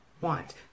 want